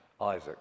Isaac